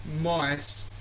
mice